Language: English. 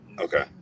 Okay